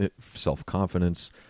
self-confidence